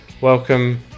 welcome